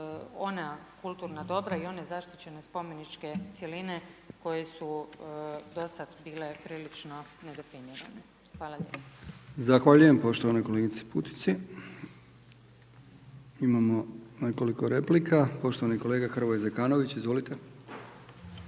ona kulturna dobra i one zaštićene spomeničke cjeline koje su do sada bile prilično nedefinirane. Hvala lijepa. **Brkić, Milijan (HDZ)** Zahvaljujem poštovanoj kolegici Putici. Imamo nekoliko replika. Poštovani kolega Hrvoje Zekanović. Izvolite.